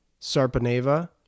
Sarpaneva